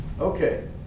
Okay